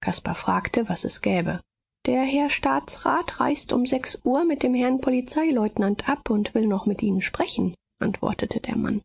caspar fragte was es gäbe der herr staatsrat reist um sechs uhr mit dem herrn polizeileutnant ab und will noch mit ihnen sprechen antwortete der mann